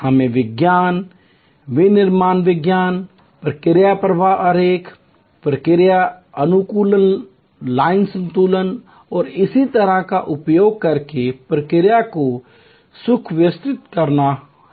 हमें विज्ञान विनिर्माण विज्ञान प्रक्रिया प्रवाह आरेख प्रक्रिया अनुकूलन लाइन संतुलन और इसी तरह का उपयोग करके प्रक्रिया को सुव्यवस्थित करना है